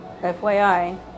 FYI